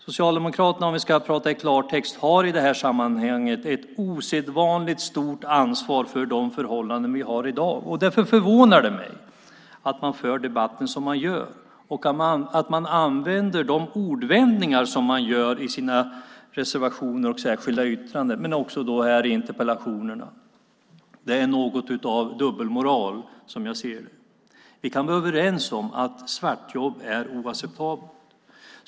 Socialdemokraterna, om vi ska prata klarspråk, har i det här sammanhanget ett osedvanligt stort ansvar för de förhållanden vi har i dag. Därför förvånar det mig att man för debatten som man gör och att man använder de ordvändningar som man gör i sina reservationer och särskilda yttranden men också här i interpellationerna. Det är dubbelmoral, som jag ser det. Vi kan vara överens om att svartjobb är oacceptabelt.